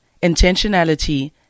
intentionality